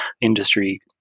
industry